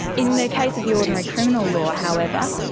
in the case of the ordinary criminal law however,